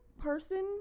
person